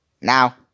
Now